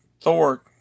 Thor